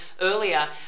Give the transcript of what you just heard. earlier